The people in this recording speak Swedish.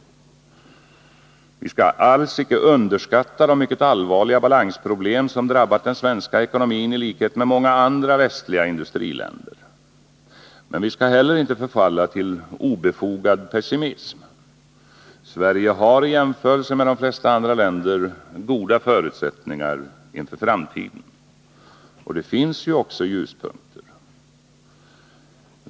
Vi skall alls icke underskatta de mycket allvarliga balansproblem som drabbat den svenska ekonomin i likhet med många andra västliga industriländer. Men vi skall heller inte förfalla till obefogad pessimism. Sverige har i jämförelse med de flesta andra länder goda förutsättningar inför framtiden. Det finns också ljuspunkter.